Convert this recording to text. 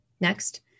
Next